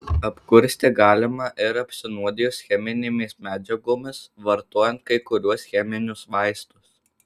apkursti galima ir apsinuodijus cheminėmis medžiagomis vartojant kai kuriuos cheminius vaistus